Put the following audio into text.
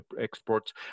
exports